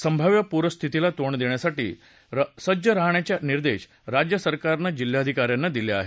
संभाव्य पूरस्थितीला तोंड देण्यासाठी सज्ज राहण्याचे निर्देश राज्य सरकारनं जिल्हाधिकाऱ्यांना दिले आहेत